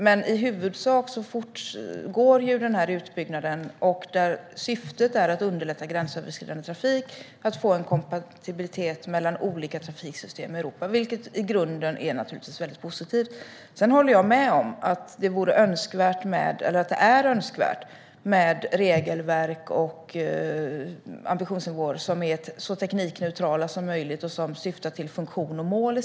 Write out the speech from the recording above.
Men i huvudsak fortgår den här utbyggnaden. Syftet är att underlätta gränsöverskridande trafik och få en kompatibilitet mellan olika trafiksystem i Europa, vilket i grunden naturligtvis är väldigt positivt. Sedan håller jag med om att det är önskvärt med regelverk och ambitionsnivåer som är så teknikneutrala som möjligt och som syftar till funktion och mål.